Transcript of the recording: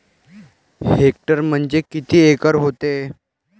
Hectare म्हणजे किती acre व्हते?